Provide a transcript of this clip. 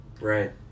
Right